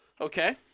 Okay